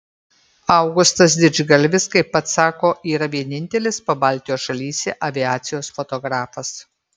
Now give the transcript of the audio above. augustas didžgalvis kaip pats sako yra vienintelis pabaltijo šalyse aviacijos fotografas